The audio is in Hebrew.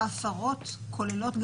השכר של 6,000 מקרב ה-3% שאין להם חשבון